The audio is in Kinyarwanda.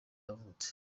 yavutse